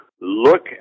look